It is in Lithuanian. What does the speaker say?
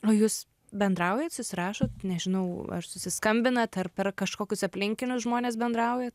o jūs bendraujat susirašot nežinau ar susiskambinat ar per kažkokius aplinkinius žmones bendraujat